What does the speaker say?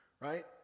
right